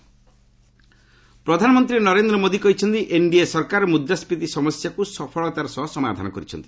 PM TN ପ୍ରଧାନମନ୍ତ୍ରୀ ନରେନ୍ଦ୍ର ମୋଦି କହିଛନ୍ତି NDA ସରକାର ମୁଦ୍ରାସ୍କିତି ସମସ୍ୟାକୁ ସଫଳତାର ସହ ସମାଧାନ କରିଛନ୍ତି